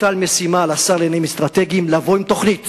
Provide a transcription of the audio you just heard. תוטל משימה על השר לעניינים אסטרטגיים לבוא עם תוכנית